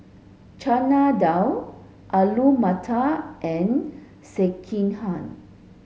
Chana Dal Alu Matar and Sekihan